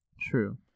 True